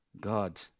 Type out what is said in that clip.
God